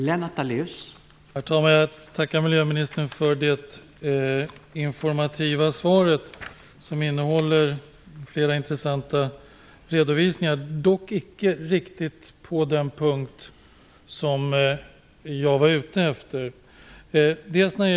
Herr talman! Jag vill tacka miljöministern för det informativa svaret, som innehåller flera intressanta redovisningar, dock icke riktigt det jag var ute efter.